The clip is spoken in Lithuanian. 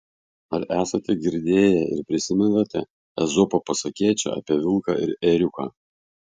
ar esate girdėję ir prisimenate ezopo pasakėčią apie vilką ir ėriuką